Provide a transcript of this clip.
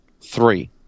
Three